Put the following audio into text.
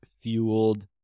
fueled